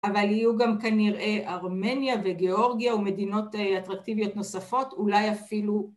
אבל יהיו גם כנראה ארמניה וגיאורגיה ומדינות אטרקטיביות נוספות, אולי אפילו